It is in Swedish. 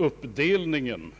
Uppdelningen